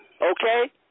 okay